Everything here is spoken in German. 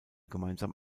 gemeinsam